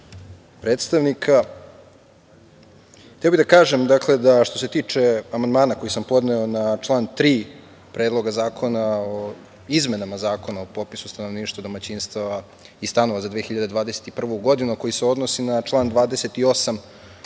predstavnika. Hteo bih da kažem, što se tiče amandmana koji sam podneo na član 3. Predloga zakona o izmenama Zakona o popisu stanovništva, domaćinstava i stanova za 2021. godinu, a koji se odnosi na član 28. osnovnog